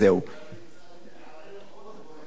גם הספקתם